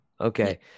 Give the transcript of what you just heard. Okay